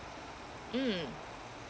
mm